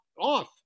off